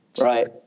Right